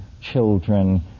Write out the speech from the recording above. children